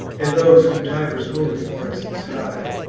and those whom tiber's holy forests hide,